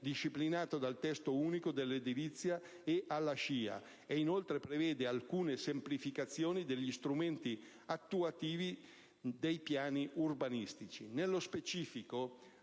disciplinato dal testo unico dell'edilizia e alla SCIA e inoltre prevede alcune semplificazioni degli strumenti attuativi dei piani urbanistici. Nello specifico,